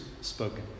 spoken